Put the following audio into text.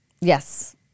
Yes